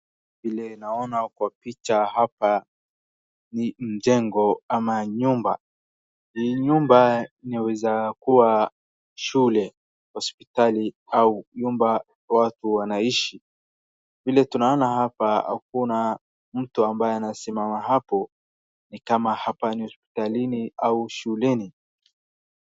Vile naona kwa picha hapa ni jengo au nyumba. Hii nyumba inaweza kuwa ni shule, hospitali au nyumba watu wanaishi. Vile tunaona hapa hakuna mtu ambaye anasimama hapo ni kama hapa ni hospitalini au shuleni.